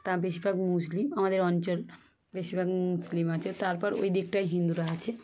তা বেশিরভাগ মুসলিম আমাদের অঞ্চল বেশিরভাগ মুসলিম আছে তারপর ওই দিকটাই হিন্দুরা আছে